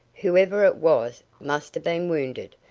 whoever it was must have been wounded.